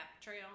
Trail